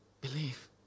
Believe